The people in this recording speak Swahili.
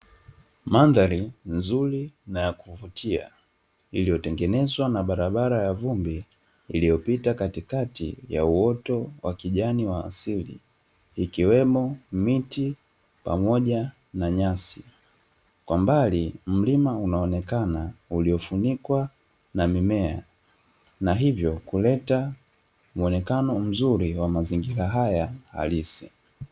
Mandhari nzuri na ya kuvutia, iliyotengenezwa na barabara ya vumbi iliyopita katikati ya uoto wa kijani wa asili, ikiwemo miti pamoja na nyasi. Kwa mbali mlima unaonekana, uliofunikwa na mimea na hivyo kuleta muonekano mzuri wa mazingira haya halisi.